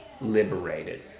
liberated